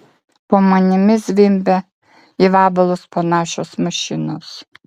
po manimi zvimbia į vabalus panašios mašinos